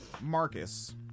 Marcus